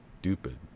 stupid